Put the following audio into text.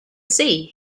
sea